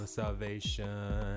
salvation